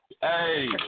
Hey